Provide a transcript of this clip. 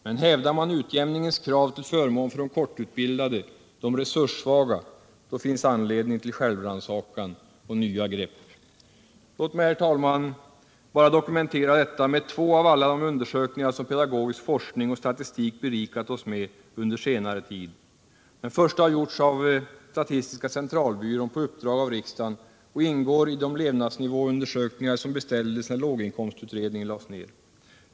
Men hävdar man utjämningens krav till förmån för de kortutbildade, de resurssvaga, då finns anledning till självrannsakan och nya grepp. Låt mig, herr talman, bara dokumentera detta med två av alla de undersökningar som pedagogisk forskning och statistik berikat oss med under senare tid. Den första har gjorts av statistiska centralbyrån på uppdrag av riksdagen och ingår i de levnadsnivåundersökningar som beställdes när låginkomstutredningen lades ned.